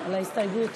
על ההסתייגות.